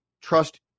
trust